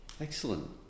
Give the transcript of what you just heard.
Excellent